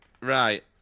Right